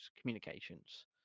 communications